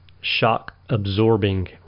shock-absorbing